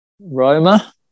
Roma